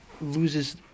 loses